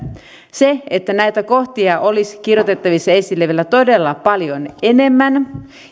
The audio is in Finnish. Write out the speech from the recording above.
näitä kohtia olisi kirjoitettavissa esille vielä todella paljon enemmän